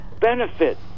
benefit